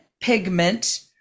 pigment